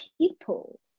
people